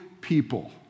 people